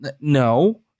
No